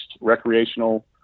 recreational